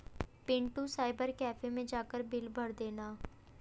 Pintu cyber cafe मैं जाकर bill भर देना